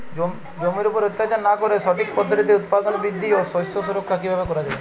জমির উপর অত্যাচার না করে সঠিক পদ্ধতিতে উৎপাদন বৃদ্ধি ও শস্য সুরক্ষা কীভাবে করা যাবে?